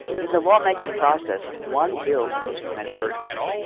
in the lawmaking process, one bill goes through many versions.